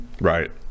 Right